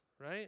right